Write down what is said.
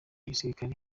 gisirikare